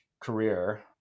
career